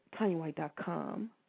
tinywhite.com